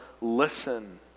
listen